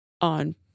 on